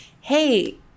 hey